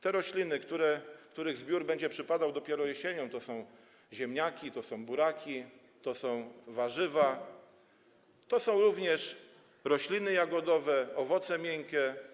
Te rośliny, których zbiór będzie przypadał dopiero jesienią, to są ziemniaki, to są buraki, to są warzywa, to są również rośliny jagodowe, owoce miękkie.